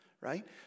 right